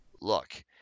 Look